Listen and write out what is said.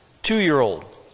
two-year-old